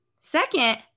second